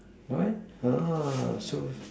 my Gosh so